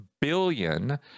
billion